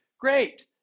great